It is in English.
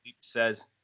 says